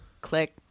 click